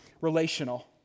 relational